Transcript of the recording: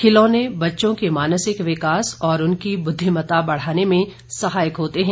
खिलौने बच्चों के मानसिक विकास और उनकी बुद्विमत्ता बढ़ाने में सहायक होते हैं